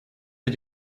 did